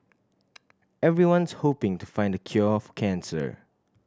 everyone's hoping to find the cure for cancer